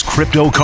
Crypto